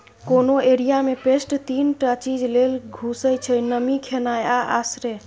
कोनो एरिया मे पेस्ट तीन टा चीज लेल घुसय छै नमी, खेनाइ आ आश्रय